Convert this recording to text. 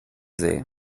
see